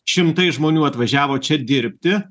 šimtai žmonių atvažiavo čia dirbti